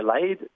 delayed